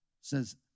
says